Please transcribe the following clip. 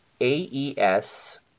AES